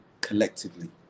collectively